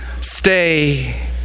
stay